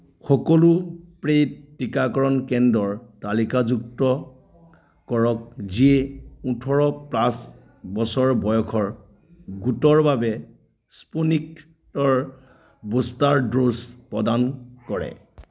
সকলো পে'ইড টীকাকৰণ কেন্দ্ৰৰ তালিকাভুক্ত কৰক যিয়ে ওঠৰ প্লাছ বছৰ বয়স গোটৰ বাবে স্পুটনিকৰ বুষ্টাৰ ড'জ প্ৰদান কৰে